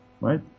right